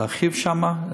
להרחיב שם.